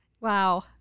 Wow